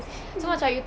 hmm